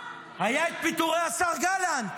היו פיטורי השר גלנט,